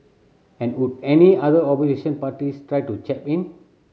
and would any other opposition parties try to chap in